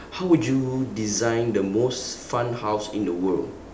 how would you design the most fun house in the world